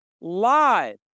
live